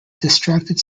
distracted